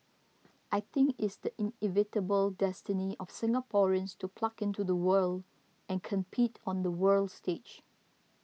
I think it's the inevitable destiny of Singaporeans to plug into the world and compete on the world stage